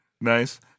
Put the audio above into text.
Nice